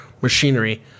machinery